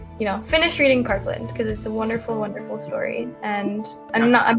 you know, finish reading parkland, because it's a wonderful, wonderful story. and i don't know, ah